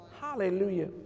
hallelujah